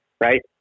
right